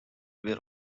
were